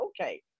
Okay